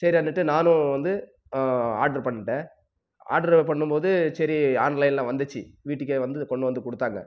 சரின்ட்டு நானும் வந்து ஆர்டர் பண்ணிட்டேன் ஆர்டர் பண்ணும் போது சரி ஆன்லைனில் வந்துச்சு வீட்டுக்கே வந்து கொண்டு வந்து கொடுத்தாங்க